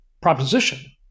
proposition